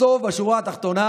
בסוף, בשורה התחתונה,